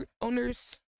owners